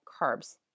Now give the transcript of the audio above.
carbs